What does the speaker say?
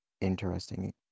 interesting